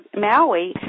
Maui